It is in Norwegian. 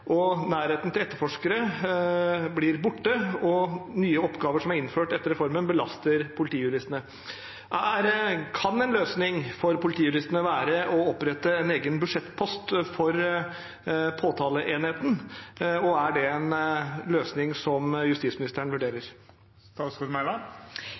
Nærheten til etterforskere blir borte, og nye oppgaver som er innført etter reformen, belaster politijuristene. Kan en løsning for politijuristene være å opprette en egen budsjettpost for påtaleenheten, og er det en løsning som justisministeren